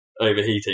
overheating